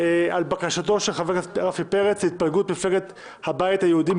על בקשתו של הרב רפי פרץ להתפלגות מפלגת הבית היהודי,